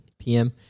PM